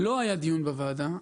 לא היה דיון בוועדה.